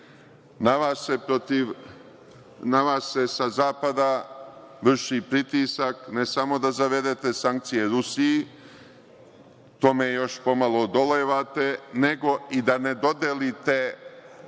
Na vas se sa zapada vrši pritisak, ne samo da zavedete sankcije Rusiji, tome još pomalo odolevate, nego i da ne dodelite